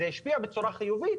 זה השפיע בצורה חיובית,